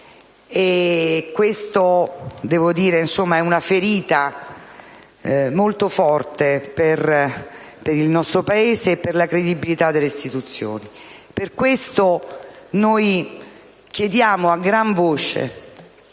Questa è una ferita molto forte per il nostro Paese e per la credibilità delle istituzioni. Per questo, noi chiediamo a gran voce